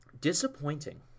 Disappointing